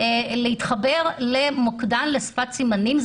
להתחבר למוקדן, לשפת סימנים.